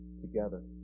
together